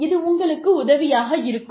இது உங்களுக்கு உதவியாக இருக்கும்